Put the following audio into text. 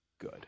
good